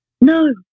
No